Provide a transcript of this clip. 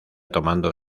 tomando